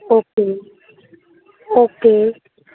okay okay